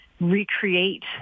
recreate